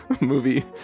Movie